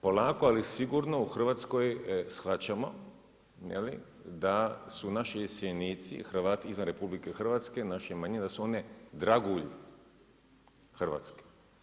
Polako ali sigurno u hrvatskoj shvaćamo da su naši iseljenici i Hrvati izvan RH, naše manjine da su one dragulj Hrvatske.